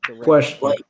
Question